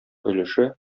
өлеше